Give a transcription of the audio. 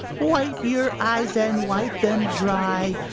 wipe your eyes and wipe em dry!